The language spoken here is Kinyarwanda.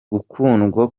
gukundwa